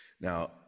Now